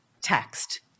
text